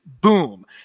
boom